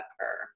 occur